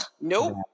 nope